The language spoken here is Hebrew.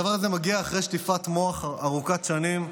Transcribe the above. הדבר הזה מגיע אחרי שטיפת מוח ארוכת שנים,